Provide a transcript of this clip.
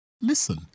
Listen